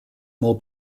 more